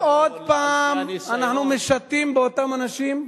שעוד פעם אנחנו משטים באותם אנשים,